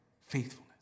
faithfulness